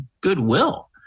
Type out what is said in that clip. goodwill